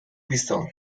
whistle